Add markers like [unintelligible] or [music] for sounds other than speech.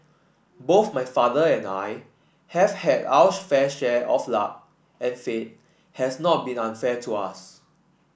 both my father and I have had our [unintelligible] fair share of luck and fate has not been unfair to us